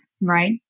Right